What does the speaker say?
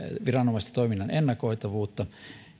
viranomaisten toiminnan ennakoitavuutta